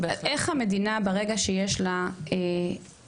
איך המדינה ברגע שיש לה את